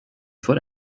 foot